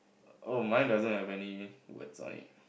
oh mine doesn't have any what's on it